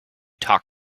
talk